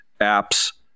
apps